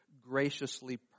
graciously